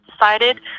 decided